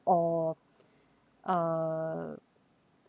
or uh